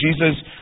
Jesus